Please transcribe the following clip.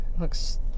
looks